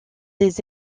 des